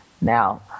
Now